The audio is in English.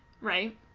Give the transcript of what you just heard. Right